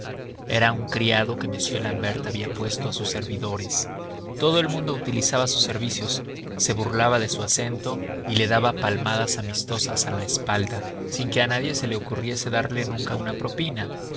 era un criado que m l'ambert había puesto a sus servidores todo el mundo utilizaba sus servicios se burlaba de su acento y le daba palmadas amistosas a la espalda sin que a nadie se le ocurriese darle nunca una propina